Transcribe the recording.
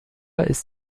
ist